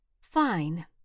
Fine